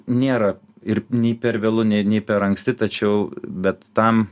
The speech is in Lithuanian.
nėra ir nei per vėlu nei nei per anksti tačiau bet tam